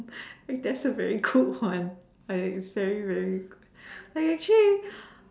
that's a very good one a very very I actually